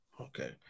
Okay